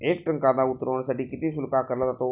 एक टन कांदा उतरवण्यासाठी किती शुल्क आकारला जातो?